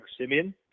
Simeon